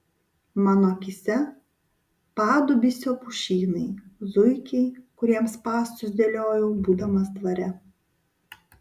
mano akyse padubysio pušynai zuikiai kuriems spąstus dėliojau būdamas dvare